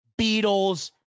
Beatles